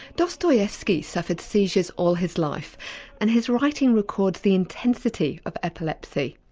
dostoevsky suffered seizures all his life and his writing records the intensity of epilepsy.